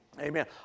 Amen